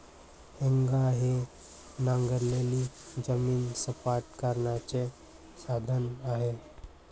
हेंगा हे नांगरलेली जमीन सपाट करण्याचे साधन आहे